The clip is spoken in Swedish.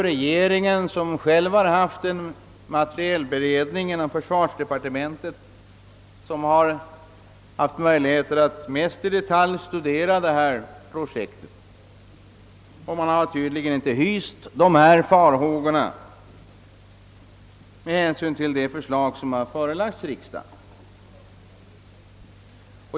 Regeringen har ju låtit en materielberedning arbeta inom försvarsdepartementet, vilken haft möjligheter att verkligen i detalj studera detta projekt, och beredningen har tydligen inte hyst några farhågor, att döma av de förslag som förelagts riksdagen.